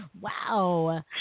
Wow